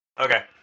Okay